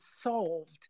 solved